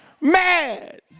Mad